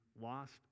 lost